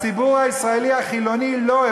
הציבור הישראלי החילוני לא אוהב.